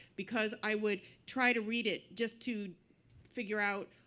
because i would try to read it just to figure out,